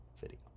video